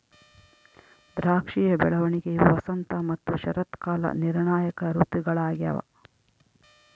ದ್ರಾಕ್ಷಿಯ ಬೆಳವಣಿಗೆಯು ವಸಂತ ಮತ್ತು ಶರತ್ಕಾಲ ನಿರ್ಣಾಯಕ ಋತುಗಳಾಗ್ಯವ